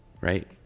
right